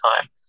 time